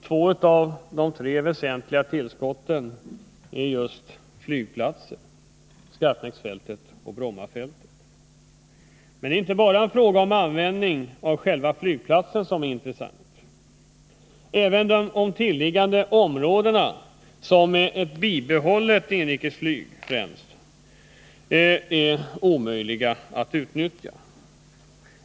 Två av de tre väsentliga tillskotten är just flygplatser, Skarpnäcksfältet och Brommafältet. Men det är inte bara användningen av själva flygplatsen som är intressant. Även de intilliggande områdena är med bibehållet flyg, främst inrikesflyget, omöjliga att utnyttja.